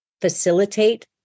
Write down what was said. facilitate